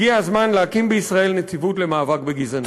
הגיע הזמן להקים בישראל נציבות למאבק בגזענות.